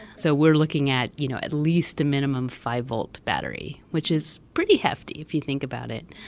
so we're looking at you know at least a minimum five-volt battery, which is pretty hefty if you think about it.